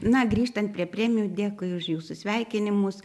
na grįžtant prie premijų dėkui už jūsų sveikinimus